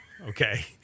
Okay